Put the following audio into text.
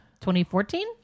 2014